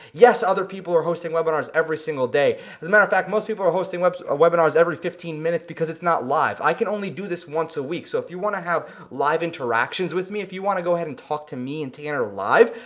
yes, other people are hosting webinars every single day. as a matter of fact most people are hosting webinars webinars every fifteen minutes because it's not live. i can only do this once a week. so if you wanna have live interactions with me, if you wanna go ahead and talk to me and tanner live,